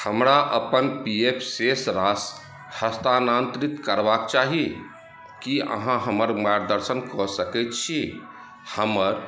हमरा अपन P F शेष राशि हस्तानांतरित करबाक चाही की अहाँ हमर मार्गदर्शन कऽ सकैत छी हमर